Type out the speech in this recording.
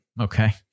Okay